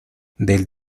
del